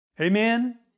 Amen